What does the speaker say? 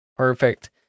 Perfect